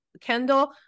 Kendall